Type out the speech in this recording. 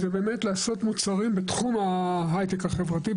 זה באמת לעשות מוצרים בתחום ההייטק החברתי,